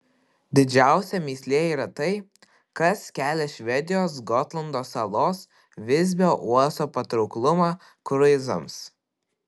didžiausia mįslė yra tai kas kelia švedijos gotlando salos visbio uosto patrauklumą kruizams